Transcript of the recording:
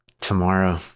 Tomorrow